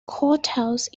courthouse